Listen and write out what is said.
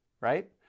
right